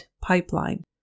pipeline